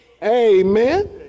Amen